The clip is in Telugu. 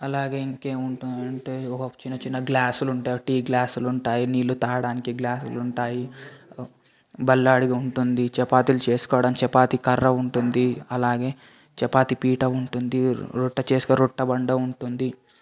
అలాగే ఇంకేముంటాయంటే ఒక చిన్న చిన్న గ్లాసులుంటాయి టీ గ్లాసులుంటాయి నీళ్లుతాగడానికి గ్లాసులుంటాయి బల్లాడిగుంటుంది చపాతీలు చేసుకోడానికి చెపాతీ కర్ర ఉంటుంది అలాగే చపాతీ పీట ఉంటుంది రొట్టె చేసుకొనే రొట్టె బండ ఉంటుంది